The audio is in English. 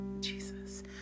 Jesus